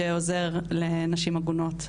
שעוזר לנשים עגונות,